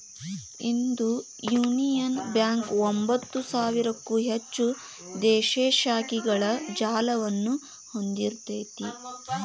ಇಂದು union bank ಒಂಭತ್ತು ಸಾವಿರಕ್ಕೂ ಹೆಚ್ಚು ದೇಶೇ ಶಾಖೆಗಳ ಜಾಲವನ್ನ ಹೊಂದಿಇರ್ತೆತಿ